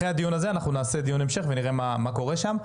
אחרי הדיון הזה נקיים דיון המשך ונראה מה קורה שם.